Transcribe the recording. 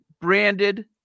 branded